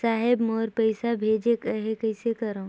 साहेब मोर पइसा भेजेक आहे, कइसे करो?